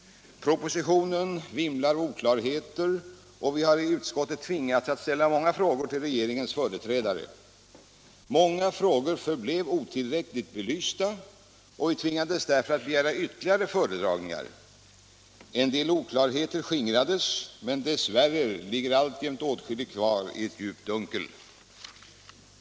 Propositionen vimlar av oklarheter, och vi har i utskottet tvingats att ställa många frågor till regeringens företrädare. Många frågor förblev otillräckligt belysta, och vi tvingades därför att begära ytterligare föredragningar. En del oklarheter skingrades, men dess värre ligger alltjämt åtskilligt kvar i ett djupt dunkel.